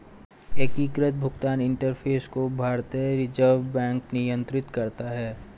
एकीकृत भुगतान इंटरफ़ेस को भारतीय रिजर्व बैंक नियंत्रित करता है